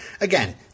Again